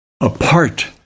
apart